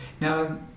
Now